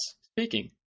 speaking